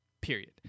Period